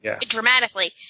dramatically